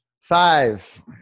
Five